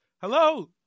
Hello